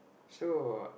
so